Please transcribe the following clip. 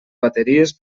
bateries